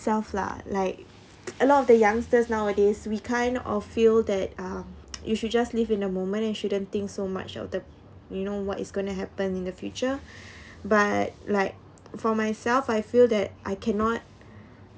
ourselves lah like a lot of the youngsters nowadays we kind of feel that um you should just live in the moment you shouldn't think so much of the you know what is going to happen in the future but like for myself I feel that I cannot